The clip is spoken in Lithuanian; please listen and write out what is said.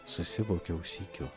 susivokiau sykiu